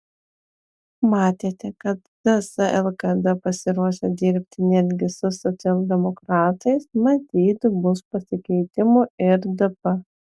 matėte kad ts lkd pasiruošę dirbti netgi su socialdemokratais matyt bus pasikeitimų ir dp